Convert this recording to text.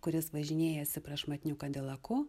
kuris važinėjasi prašmatniu kadilaku